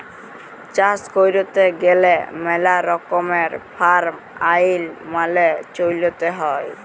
চাষ ক্যইরতে গ্যালে ম্যালা রকমের ফার্ম আইল মালে চ্যইলতে হ্যয়